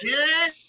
Good